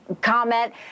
Comment